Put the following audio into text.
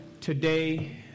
today